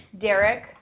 Derek